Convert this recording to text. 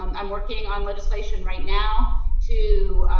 um um working on legislation, right now to